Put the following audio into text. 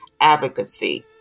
advocacy